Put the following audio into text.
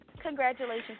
congratulations